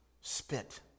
spit